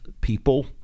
people